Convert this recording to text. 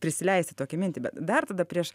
prisileisti tokią mintį bet dar tada prieš